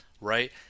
right